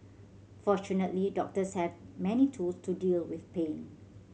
fortunately doctors have many tools to deal with pain